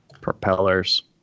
propellers